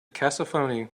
cacophony